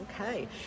Okay